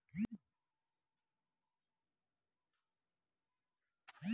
electronic bill payment ಅಂದ್ರೆ online ಒಳಗ ನಮ್ ಬಿಲ್ ಕಟ್ಟೋದು